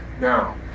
Now